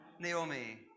Naomi